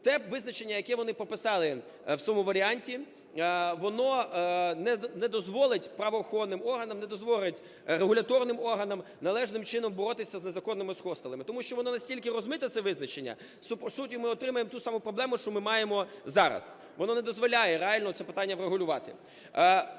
Те визначення, яке вони прописали в своєму варіанті, воно не дозволить правоохоронним органам, не дозволить регуляторним органам належним чином боротися з незаконними хостелами. Тому що воно настільки розмите, це визначення, що, по суті, ми отримаємо ту саму проблему, що ми маємо зараз. Воно не дозволяє реально це питання врегулювати.